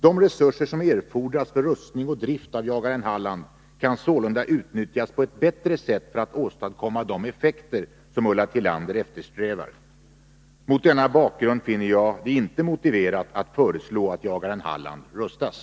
De resurser som erfordras för rustning och drift av jagaren Halland kan sålunda utnyttjas på ett bättre sätt för att åstadkomma de effekter som Ulla Tillander eftersträvar. Mot denna bakgrund finner jag det inte motiverat att föreslå att jagaren Halland rustas.